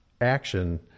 action